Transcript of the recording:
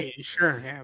sure